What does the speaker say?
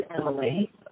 Emily